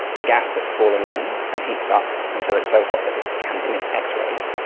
the gas that's falling in and heats up until it's so hot that it can emit x-rays,